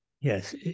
Yes